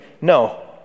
No